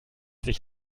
sich